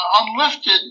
unlifted